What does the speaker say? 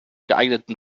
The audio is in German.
geeigneten